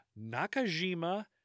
Nakajima